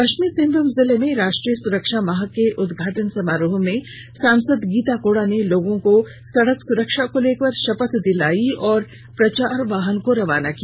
पश्चिमी सिंहभूम जिले में राष्ट्रीय सुरक्षा माह के उदघाटन समारोह में सांसद गीता कोड़ा ने लोगों को सड़क सुरक्षा को लेकर शपथ दिलाई और प्रचार वाहन को रवाना किया